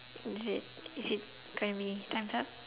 is it is it gonna be times up